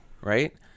Right